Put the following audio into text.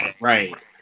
Right